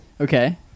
Okay